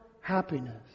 happiness